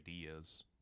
ideas